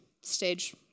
stage